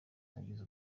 nagize